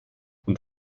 und